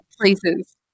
places